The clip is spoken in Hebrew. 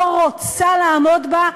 גם לא רוצה לעמוד בה,